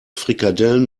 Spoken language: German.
frikadellen